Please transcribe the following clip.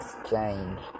exchange